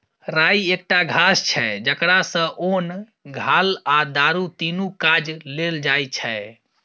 राइ एकटा घास छै जकरा सँ ओन, घाल आ दारु तीनु काज लेल जाइ छै